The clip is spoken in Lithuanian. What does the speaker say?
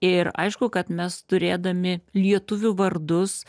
ir aišku kad mes turėdami lietuvių vardus